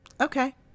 okay